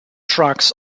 trucks